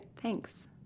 Thanks